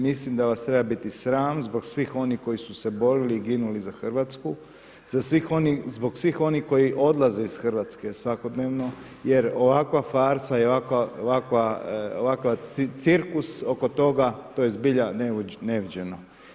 Mislim da vas treba biti sram zbog svih onih koji su se borili i ginuli za Hrvatsku, zbog svih onih koji odlaze iz Hrvatske svakodnevno jer ovakva farsa i ovakav cirkus oko toga to je zbilja neviđeno.